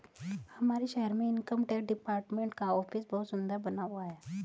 हमारे शहर में इनकम टैक्स डिपार्टमेंट का ऑफिस बहुत सुन्दर बना हुआ है